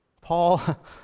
Paul